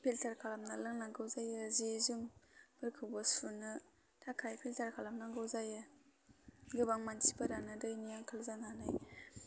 filter खालामना लोंनांगौ जायो जि जोम फोरखौबो सुनो थाखाय फिल्टार खालाम नांगौ जायो गोबां मानसिफोरानो दैनि आंखाल जानानै